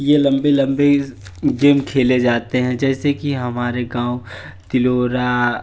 यह लंबे लंबे गेम खेले जाते हैं जैसे कि हमारे गाँव तिलोरा